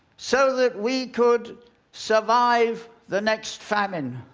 so that we could survive the next famine.